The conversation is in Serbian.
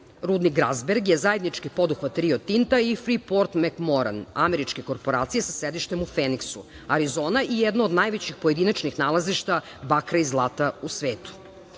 Rudnik „Grazberg“ je zajednički poduhvat Rio Tinta i „Fri port Mekmoran“, američke korporacije sa sedištem u Feniksu. Arizona je jedna od najvećih pojedinačnih nalazišta bakra i zlata u svetu. Rudnik